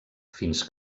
fins